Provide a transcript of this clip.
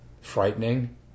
frightening